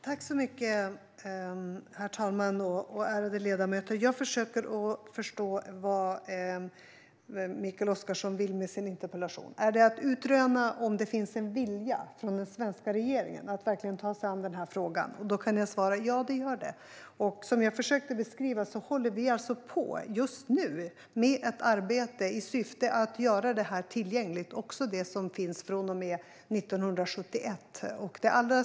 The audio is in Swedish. Herr talman! Ärade ledamöter! Jag försöker förstå vad det är Mikael Oscarsson vill med sin interpellation. Handlar det om att utröna om det finns en vilja hos svenska regeringen att verkligen ta sig an den här frågan? Då kan jag svara: Ja, det gör det. Som jag försökte beskriva håller vi just nu på med ett arbete i syfte att göra materialet tillgängligt, också det som finns från och med 1971.